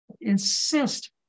insist